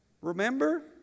Remember